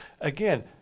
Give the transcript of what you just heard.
again